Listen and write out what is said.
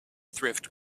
thrift